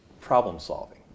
problem-solving